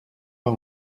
pas